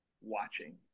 watching